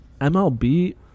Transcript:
MLB